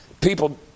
People